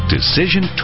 Decision